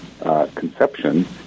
conception